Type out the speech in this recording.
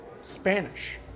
Spanish